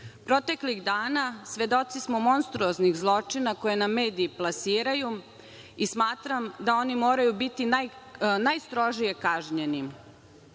javnosti. Proteklih dana svedoci smo monstruoznih zločina koje nam mediji plasiraju i smatram da oni moraju biti najstrože kažnjeni.